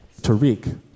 Tariq